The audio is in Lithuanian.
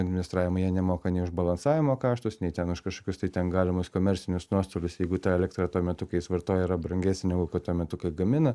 administravimą jie nemoka nei už balansavimo kaštus nei ten už kažkokius tai ten galimus komercinius nuostolius jeigu ta elektra tuo metu kai jis vartoja yra brangesnė negu kad tuo metu kai gamina